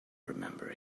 remember